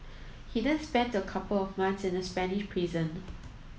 he then spent a couple of months in a Spanish prison